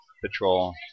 patrol